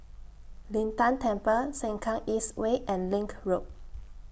Lin Tan Temple Sengkang East Way and LINK Road